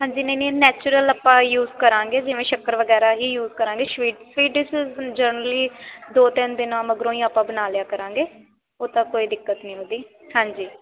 ਹਾਂਜੀ ਨਹੀਂ ਨਹੀਂ ਨੈਚੁਰਲ ਆਪਾਂ ਯੂਜ ਕਰਾਂਗੇ ਜਿਵੇਂ ਸ਼ੱਕਰ ਵਗੈਰਾ ਹੀ ਯੂਜ ਕਰਾਂਗੇ ਸਵੀ ਸਵੀਟ ਡਿਸ਼ੀਸ ਜਰਨਲੀ ਦੋ ਤਿੰਨ ਦਿਨਾਂ ਮਗਰੋਂ ਹੀ ਆਪਾਂ ਬਣਾ ਲਿਆ ਕਰਾਂਗੇ ਉਹ ਤਾਂ ਕੋਈ ਦਿੱਕਤ ਨਹੀਂ ਉਹਦੀ ਹਾਂਜੀ